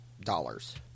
dollars